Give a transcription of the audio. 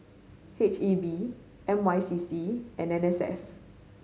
H E B M I C C and N S F